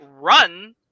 run